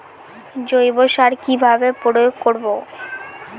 জৈব সার কি ভাবে প্রয়োগ করব?